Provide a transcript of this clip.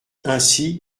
ainsi